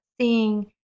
seeing